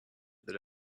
that